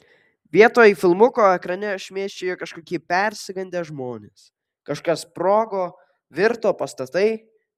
vietoj filmuko ekrane šmėsčiojo kažkokie persigandę žmonės kažkas sprogo virto pastatai